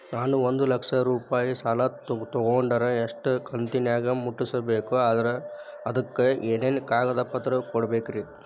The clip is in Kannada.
ನಾನು ಒಂದು ಲಕ್ಷ ರೂಪಾಯಿ ಸಾಲಾ ತೊಗಂಡರ ಎಷ್ಟ ಕಂತಿನ್ಯಾಗ ಮುಟ್ಟಸ್ಬೇಕ್, ಅದಕ್ ಏನೇನ್ ಕಾಗದ ಪತ್ರ ಕೊಡಬೇಕ್ರಿ?